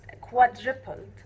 quadrupled